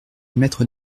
mettre